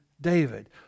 David